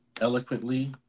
eloquently